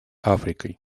африкой